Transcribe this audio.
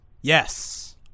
yes